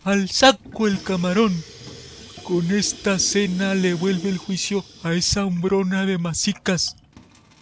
al saco el camarón con esta cena le vuelve el juicio a esa hambrona de masicas